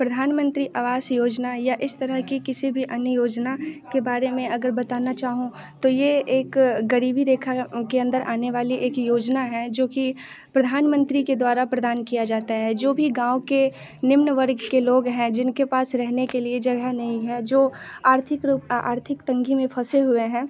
प्रधान मंत्री आवास योजना या इस तरह की किसी भी अन्य योजना के बारे में अगर बताना चाहूँ तो ये एक ग़रीबी रेखा के अंदर आनेवाली एक योजना है जो कि प्रधान मंत्री के द्वारा प्रदान किया जाता है जो भी गाँव के निम्न वर्ग के लोग हैं जिनके पास रहने के लिए जगह नहीं है जो आर्थिक रूप आर्थिक तंगी में फंसे हुए हैं